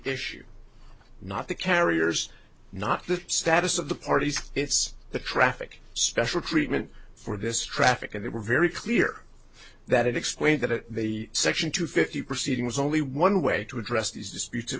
issue not the carriers not the status of the parties it's the traffic special treatment for this traffic and they were very clear that it explained that the section two fifty proceeding was only one way to address these disputes it